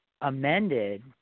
amended